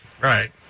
right